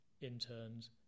interns